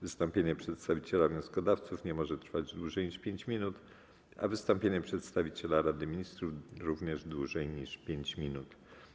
Wystąpienie przedstawiciela wnioskodawców nie może trwać dłużej niż 5 minut, a wystąpienie przedstawiciela Rady Ministrów również dłużej niż 5 minut.